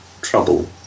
trouble